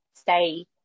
stay